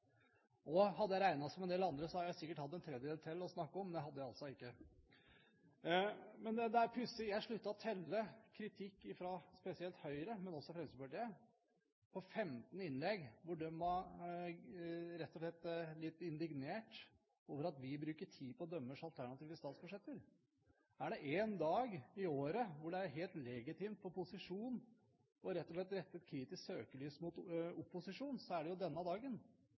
framtiden. Hadde jeg regnet som en del andre, hadde jeg sikkert hatt en tredjedel til å snakke om, men det hadde jeg altså ikke. Men det er pussig – jeg sluttet å telle kritikk fra spesielt Høyre, men også fra Fremskrittspartiet, i 15 innlegg, hvor man rett og slett var litt indignert over at vi brukte tid på deres alternative statsbudsjetter. Er det én dag i året hvor det er helt legitimt for posisjonen rett og slett å rette et kritisk søkelys mot opposisjonen, er det jo denne dagen,